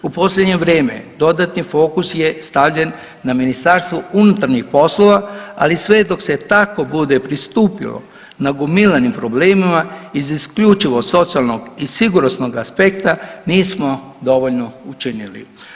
U posljednje vrijeme dodatni fokus je stavljen na Ministarstvo unutarnjih poslova, ali sve dok se tako bude pristupilo nagomilanim problemima iz isključivo socijalnog i sigurnosnog aspekta nismo dovoljno učinili.